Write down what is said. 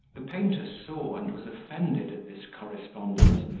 the painter saw and was offended at this correspondence,